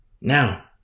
Now